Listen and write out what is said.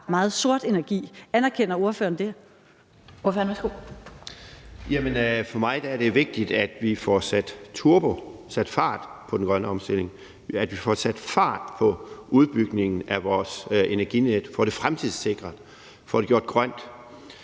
11:15 Henrik Frandsen (M): For mig er det jo vigtigt, at vi får sat turbo på, at vi får sat fart på den grønne omstilling, at vi får sat fart på udbygningen af vores energinet, får det fremtidssikret, får det gjort grønt,